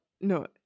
No